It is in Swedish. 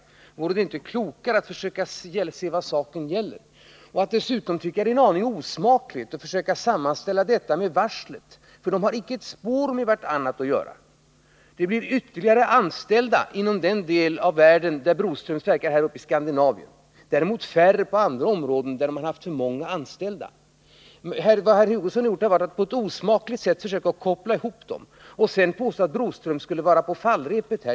Men vore det inte klokare att försöka se vad saken gäller? Dessutom tycker jag att det är en aning osmakligt att försöka sammanställa detta med varslet, för dessa båda frågor har icke ett spår med varandra att göra. Det blir fler anställda i den verksamhet som Broströms bedriver i Skandinavien, men färre i den verksamhet man har i andra delar av världen, där man haft för många anställda. Herr Hugosson har på ett osmakligt sätt försökt koppla ihop de här båda frågorna och dessutom påstå att Broströms skulle vara på fallrepet.